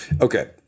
Okay